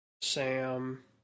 Sam